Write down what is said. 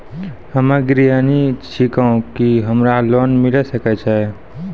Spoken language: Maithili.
हम्मे गृहिणी छिकौं, की हमरा लोन मिले सकय छै?